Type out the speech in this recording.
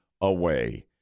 away